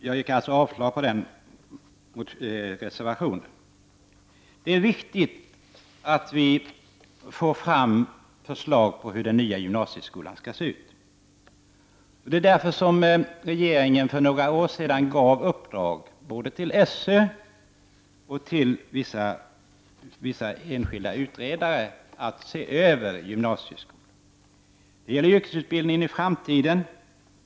Jag yrkar avslag på reservationen. Det är viktigt att vi får fram förslag på hur den nya gymnasieskolan skall se ut. Det är därför som regeringen för några år sedan gav ett uppdrag till SÖ och till vissa enskilda utredare att se över gymnasieskolan. Det gäller yrkesutbildningen i framtiden.